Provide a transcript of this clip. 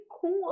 cool